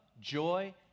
joy